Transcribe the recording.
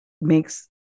makes